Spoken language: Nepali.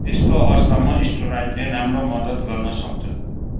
त्यस्तो अवस्थामा स्टेरोइडले राम्रो मद्दत गर्न सक्छन्